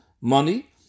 money